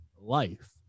life